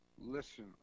listen